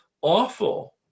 awful